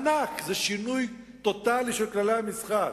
ענק, זה שינוי טוטלי של כללי המשחק: